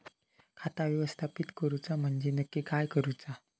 खाता व्यवस्थापित करूचा म्हणजे नक्की काय करूचा?